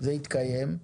זה התקיים.